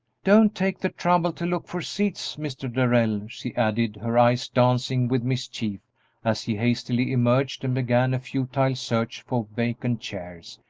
don't take the trouble to look for seats, mr. darrell, she added, her eyes dancing with mischief as he hastily emerged and began a futile search for vacant chairs,